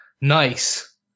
nice